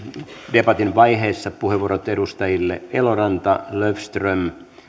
debatin vaiheessa puheenvuorot edustajille eloranta löfström